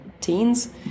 teens